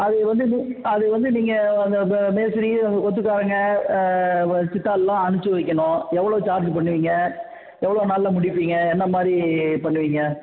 அது வந்து நீங்க அது வந்து நீங்கள் மேஸ்திரி ஒத்துப்பாருங்க சித்தாள்லான் அனுப்பிச்சு வைக்கணும் எவ்வளோ சார்ஜ் பண்ணுவிங்க எவ்வளோ நாளில் முடிப்பிங்க என்ன மாதிரி பண்ணுவிங்க